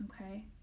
Okay